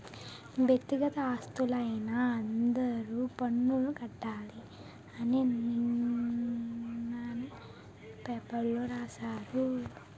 వ్యక్తిగత ఆస్తులైన అందరూ పన్నులు కట్టాలి అని నిన్ననే పేపర్లో రాశారు